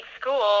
school